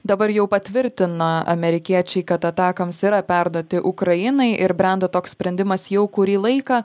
dabar jau patvirtina amerikiečiai kad atacms yra perduoti ukrainai ir brendo toks sprendimas jau kurį laiką